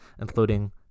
including